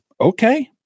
Okay